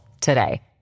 today